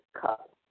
cup